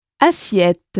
Assiette